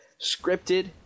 scripted